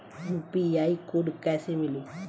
UPI code कैसे मिली?